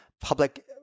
public